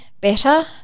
better